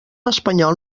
espanyol